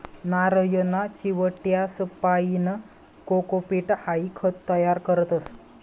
नारयना चिवट्यासपाईन कोकोपीट हाई खत तयार करतस